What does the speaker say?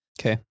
Okay